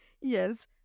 yes